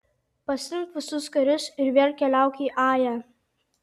pasiimk visus karius ir vėl keliauk į ają